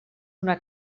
una